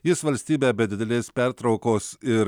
jis valstybę be didelės pertraukos ir